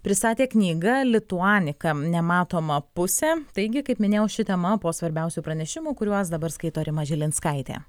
pristatė knygą lituanika nematoma pusė taigi kaip minėjau ši tema po svarbiausių pranešimų kuriuos dabar skaito rima žilinskaitė